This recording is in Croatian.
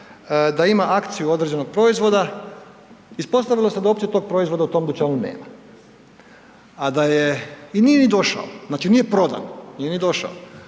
da ima akciju određenog proizvoda, ispostavilo se da tog proizvoda u tom dućanu nema i nije ni došao, znači nije prodan, nije ni došao,